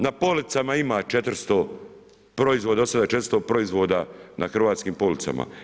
Na policama ima 400 proizvoda, do sada, 400 proizvoda na hrvatskim policama.